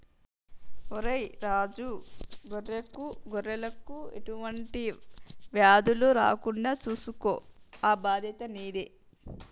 ఒరై రాజు గొర్రెలకు ఎటువంటి వ్యాధులు రాకుండా సూసుకో ఆ బాధ్యత నీదే